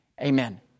Amen